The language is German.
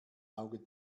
auge